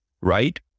right